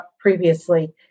previously